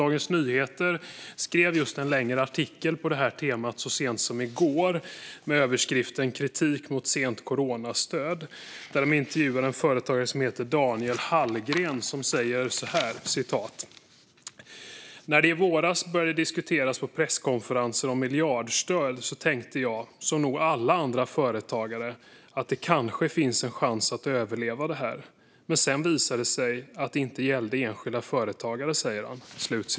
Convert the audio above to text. Dagens Nyheter skrev en längre artikel på detta tema så sent som i går, med rubriken "Kritik mot sent coronastöd", där de intervjuade en företagare som heter Daniel Hallgren. Han säger så här: "När det i våras började diskuteras på presskonferenser om miljardstöd så tänkte jag, som nog alla andra företagare, att det kanske finns en chans att överleva det här. Men sedan visade det sig att det inte gällde enskilda företagare."